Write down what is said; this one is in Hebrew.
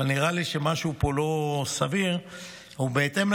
אבל נראה לי שמשהו פה לא סביר: ובהתאם,